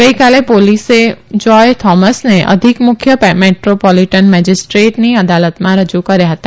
ગઇકાલે પોલીસે જોય થોમસને અધિક મુખ્ય મેટ્રોપોલીટન મેજીસ્ટ્રેટની અદાલતમાં રજૂ કર્યા હતા